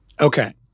Okay